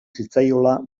zitzaiola